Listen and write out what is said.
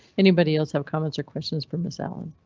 anybody else have comments or questions for ms allan?